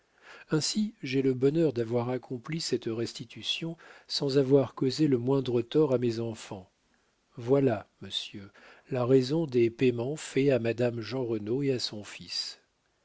ainsi j'ai le bonheur d'avoir accompli cette restitution sans avoir causé le moindre tort à mes enfants voilà monsieur la raison des payements faits à madame jeanrenaud et à son fils